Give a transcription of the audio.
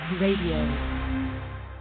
Radio